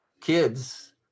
kids